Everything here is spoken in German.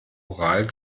ural